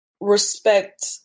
respect